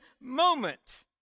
moment